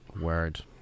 word